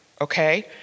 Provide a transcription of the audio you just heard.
okay